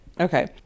Okay